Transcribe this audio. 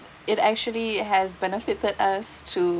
it actually has benefited us to